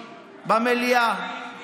במליאה.